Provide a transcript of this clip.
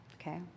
Okay